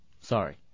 Sorry